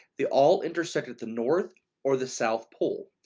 they all intersect at the north or the south pole.